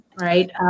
right